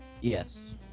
Yes